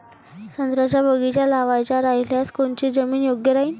संत्र्याचा बगीचा लावायचा रायल्यास कोनची जमीन योग्य राहीन?